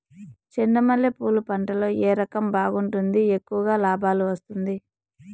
చెండు మల్లె పూలు పంట లో ఏ రకం బాగుంటుంది, ఎక్కువగా లాభాలు వస్తుంది?